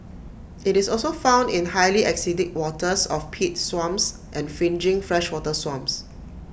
IT is also found in highly acidic waters of peat swamps and fringing freshwater swamps